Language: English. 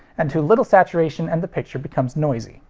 and too little saturation and the picture becomes noisy.